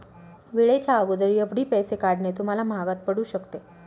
वेळेच्या अगोदर एफ.डी पैसे काढणे तुम्हाला महागात पडू शकते